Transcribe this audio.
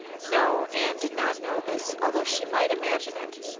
no, anne did not know this, although she might imagine it.